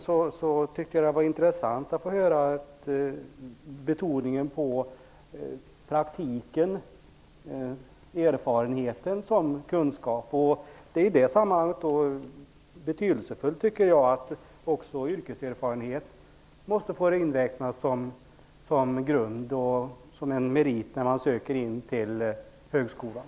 Jag tyckte att det var intressant med betoningen på praktiken, erfarenheten som kunskap. I detta sammanhang är det betydelsefullt att också yrkeserfarenhet får inräknas som en merit när man söker in till högskolan.